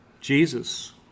Jesus